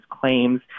claims